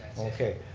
okay,